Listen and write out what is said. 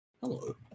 Hello